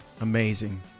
Amazing